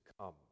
come